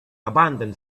abandon